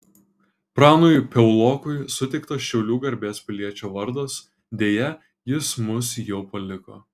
pranui piaulokui suteiktas šiaulių garbės piliečio vardas deja jis mus jau paliko